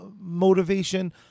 motivation